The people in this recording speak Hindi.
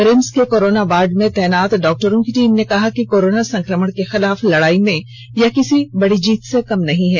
रिम्स के कोरोना वार्ड में तैनात डॉक्टरों की टीम ने कहा कि कोरोना संक्रमण के खिलाफ लड़ाई में किसी बड़ी जीत से कम नहीं है